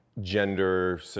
gender